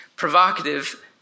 provocative